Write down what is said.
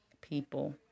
people